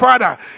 Father